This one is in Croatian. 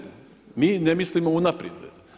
Mi ne mislimo unaprijed.